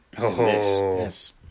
yes